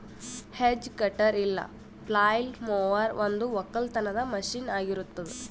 hedge cutter ಇಲ್ಲ flail mower ಒಂದು ಒಕ್ಕಲತನದ ಮಷೀನ್ ಆಗಿರತ್ತುದ್